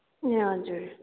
ए हजुर